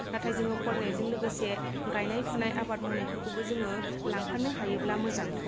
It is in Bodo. नाथाय जोङो फरायनायजों लोगोसे गायनाय फुनाय आबाद मावनायफोरखौबो जोङो लांफानो हायोब्ला मोजां